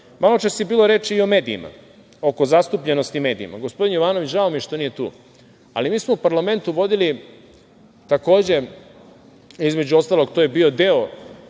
čas je bilo reči i o medijima, oko zastupljenosti medijima. Gospodin Jovanović, žao mi je što nije tu, ali mi smo u parlamentu vodili takođe, između ostalog to je bio deo